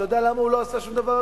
אתה יודע למה הוא לא עשה שום דבר?